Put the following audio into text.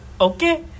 Okay